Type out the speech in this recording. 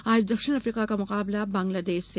आज दक्षिण अफ्रीका का मुकाबला बांग्लादेश से